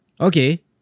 Okay